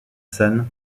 san